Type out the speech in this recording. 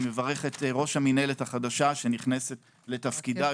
אני מברך את ראש המינהלת החדשה שנכנסת לתפקידה,